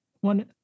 one